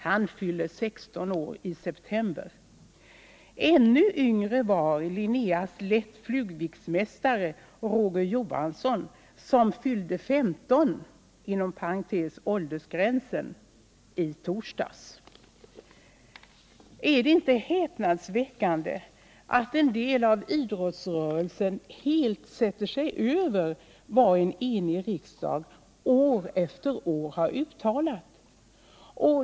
Han blir 16 år i september. Är det inte häpnadsväckande att en del av idrottsrörelsen helt sätter sig över vad en enig riksdag år efter år har uttalat?